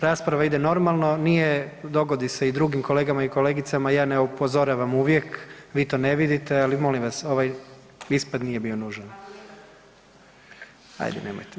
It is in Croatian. Rasprava ide normalno, nije, dogodi se i drugim kolegama i kolegicama, ja ne upozoravam uvijek, vi to ne vidite ali molim vas ovaj ispad nije bio nužan … [[Upadica: Ne razumije se.]] ajde nemojte.